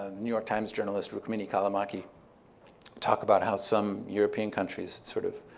and new york times journalist rukmini callimachi talk about how some european countries sort of